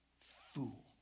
Fool